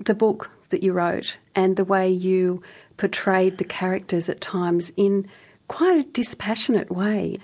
the book that you wrote and the way you portrayed the characters at times, in quite a dispassionate way,